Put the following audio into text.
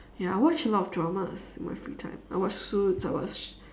ya I watch a lot of dramas in my free time I watch suit's I watch